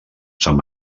sant